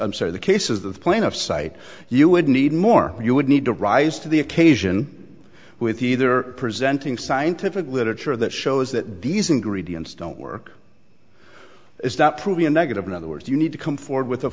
i'm sorry the cases the plaintiff cite you would need more but you would need to rise to the occasion with either presenting scientific literature that shows that these ingredients don't work is that proving a negative in other words you need to come forward with a